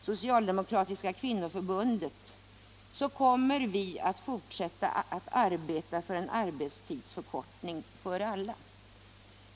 Socialdemokratiska kvinnoförbundet, som jag företräder, kommer att fortsätta att arbeta för en arbetstidsförkortning för alla.